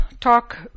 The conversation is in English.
talk